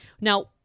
Now